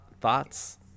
thoughts